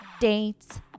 dates